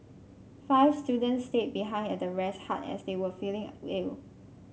five students stayed behind at the rest hut as they were feeling ill